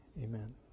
Amen